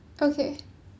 okay